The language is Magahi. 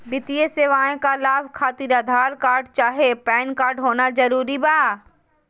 वित्तीय सेवाएं का लाभ खातिर आधार कार्ड चाहे पैन कार्ड होना जरूरी बा?